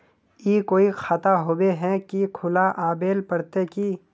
ई कोई खाता होबे है की खुला आबेल पड़ते की?